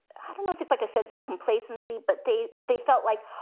i don't know if it's like a sense of complacency, but they they felt like,